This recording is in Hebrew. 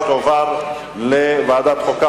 ותועבר לוועדת החוקה,